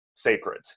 sacred